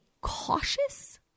cautious